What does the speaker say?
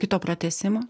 kito pratęsimo